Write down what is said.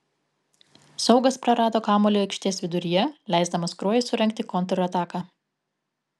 saugas prarado kamuolį aikštės viduryje leisdamas kruojai surengti kontrataką